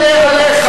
עליך.